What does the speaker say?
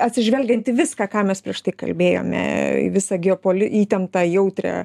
atsižvelgiant į viską ką mes prieš tai kalbėjome į visą geopoli įtemptą jautrią